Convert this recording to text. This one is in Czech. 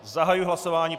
Zahajuji hlasování.